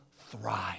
thrive